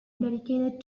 dedicated